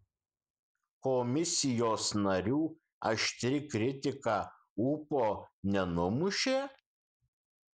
komisijos narių aštri kritika ūpo nenumušė